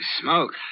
Smoke